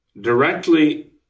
directly